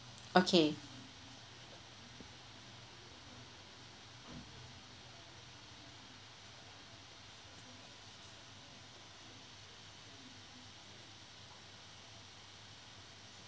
okay